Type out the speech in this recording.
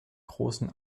grossen